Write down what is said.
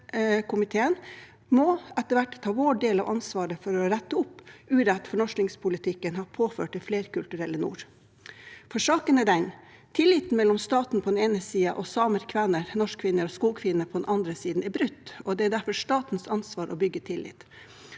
må etter hvert ta vår del av ansvaret for å rette opp urett fornorskingspolitikken har påført det flerkulturelle nord. Saken er denne: Tilliten mellom staten på den ene siden og samer, kvener, norskfinner og skogfinner på den andre siden er brutt, og det er derfor statens ansvar å bygge tillit.